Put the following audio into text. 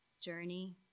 journey